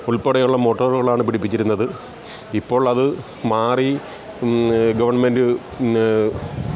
ഉൾപ്പെടെയുള്ള മോട്ടോറുകളാണ് പിടിപ്പിച്ചിരുന്നത് ഇപ്പോളത് മാറി ഗവൺമെൻ്റ്